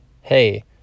hey